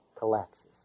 collapses